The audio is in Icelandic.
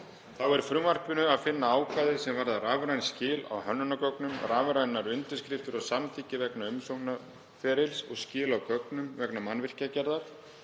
Þá er í frumvarpinu að finna ákvæði sem varða rafræn skil á hönnunargögnum, rafrænar undirskriftir og samþykki vegna umsóknarferils og skil á gögnum vegna mannvirkjagerðar.